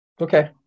Okay